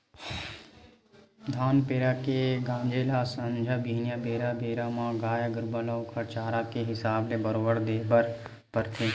धान पेरा के गांजे ल संझा बिहनियां बेरा बेरा म गाय गरुवा ल ओखर चारा के हिसाब ले बरोबर देय बर परथे